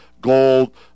gold